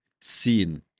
seen